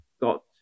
got